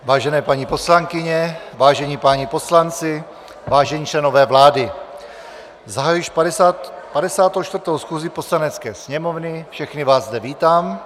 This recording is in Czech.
Vážené paní poslankyně, vážení páni poslanci, vážení členové vlády, zahajuji 54. schůzi Poslanecké sněmovny, všechny vás zde vítám.